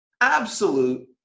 absolute